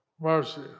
mercy